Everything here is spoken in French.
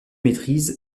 maîtrise